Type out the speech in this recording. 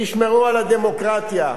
תשמרו על הדמוקרטיה.